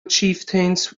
chieftains